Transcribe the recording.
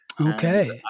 Okay